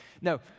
No